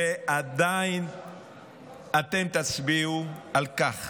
ועדיין אתם תצביעו על כך